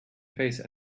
face